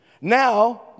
Now